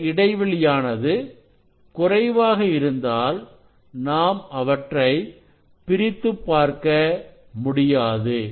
இந்த இடைவெளியானது குறைவாக இருந்தால் நாம் அவற்றைப் பிரித்துப் பார்க்க முடியாது